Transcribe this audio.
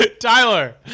Tyler